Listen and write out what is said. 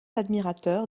admirateur